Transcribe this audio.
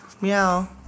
meow